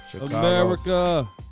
America